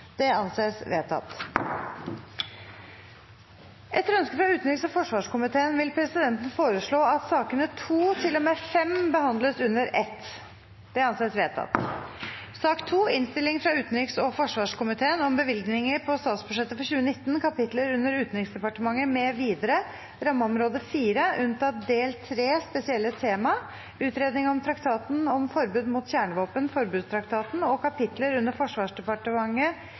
Det anses vedtatt. Etter ønske fra utenriks- og forsvarskomiteen vil presidenten foreslå at sakene nr. 2–5 behandles under ett. – Det anses vedtatt. Etter ønske fra utenriks- og forsvarskomiteen vil presidenten foreslå at debatten blir begrenset til 1 time og